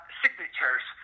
signatures